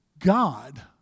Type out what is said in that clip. God